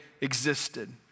existed